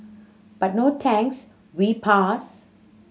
but no thanks we pass